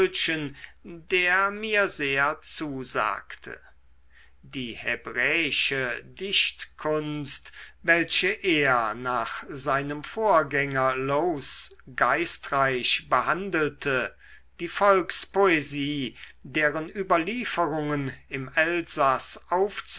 der mir sehr zusagte die hebräische dichtkunst welche er nach seinem vorgänger lowth geistreich behandelte die volkspoesie deren überlieferungen im elsaß